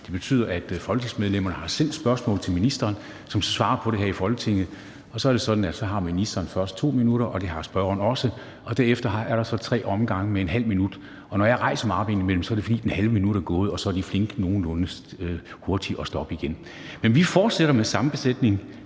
Det betyder, at folketingsmedlemmerne har sendt spørgsmål til ministrene, som svarer på dem her i Folketinget. Og så er det sådan, at ministeren først har 2 minutter, og det har spørgeren også, og derefter er der så tre omgange på ½ minut. Og når jeg rejser mig op indimellem, er det, fordi det halve minut er gået, og så er de flinke til nogenlunde hurtigt at stoppe igen. Men vi fortsætter med samme besætning,